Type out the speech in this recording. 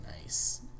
nice